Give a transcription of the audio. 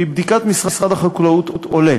מבדיקת משרד החקלאות עולה